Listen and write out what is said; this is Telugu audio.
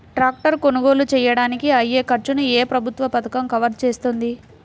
ట్రాక్టర్ కొనుగోలు చేయడానికి అయ్యే ఖర్చును ఏ ప్రభుత్వ పథకం కవర్ చేస్తుంది?